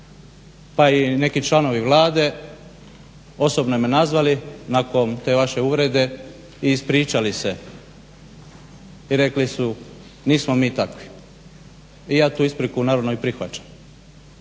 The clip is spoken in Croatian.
pa i neki članovi Vlade osobno me nazvali nakon te vaše uvrede i ispričali se i rekli su nismo mi takvi. I ja tu ispriku naravno i prihvaćam.